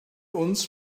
uns